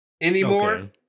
anymore